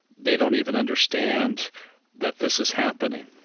they don't even understand that this is happening